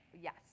Yes